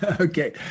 Okay